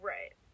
Right